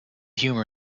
humor